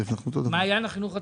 ומעיין החינוך התורני?